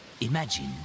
Imagine